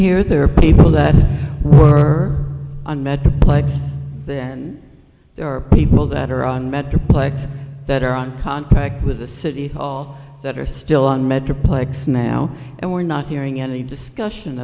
here there are people that were on metroplex then there are people that are on metroplex that are on contract with the city hall that are still on metroplex now and we're not hearing any discussion